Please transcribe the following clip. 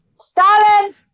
Stalin